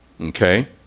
Okay